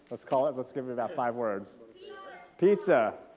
let's call it, let's give me about five words pizza!